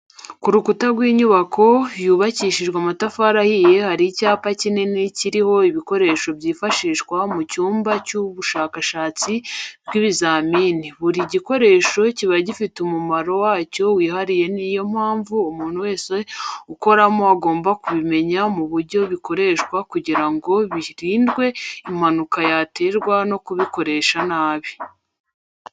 Ku rukukuta w'inyubako yubakishije amatafari ahiye hari icyapa kikini kiriho ibikoresho byifashishwa mu cyumba cy'ubushakashatsi n'ibizamini, buri gikoresho kiba gifite umumaro wacyo wihariye niyo mpamvu umuntu wese ukoramo agomba kubimenya n'uburyo bikoreshwa kugirango hirindwe impanuka yaterwa no kubikoresa nabi.